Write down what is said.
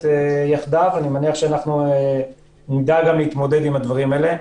יותר אני מניח שאנחנו נדע להתמודד עם הדברים האלה.